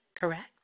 correct